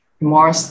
more